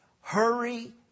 hurry